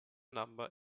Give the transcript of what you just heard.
number